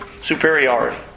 superiority